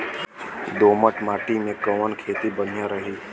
दोमट माटी में कवन खेती बढ़िया रही?